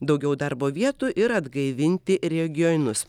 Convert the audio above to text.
daugiau darbo vietų ir atgaivinti regionus